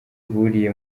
buriye